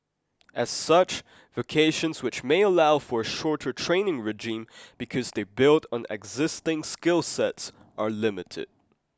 as such vocations which may allow for a shorter training regime because they build on existing skill sets are limited